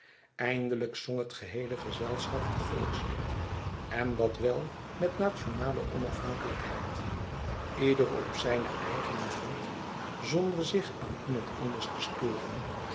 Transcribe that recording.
eindelijk zong het geheele gezelschap het volkslied en dat wel met nationale onaf hankelijkheid ieder op zijne eigene hand zonder zich aan iemand anders te storen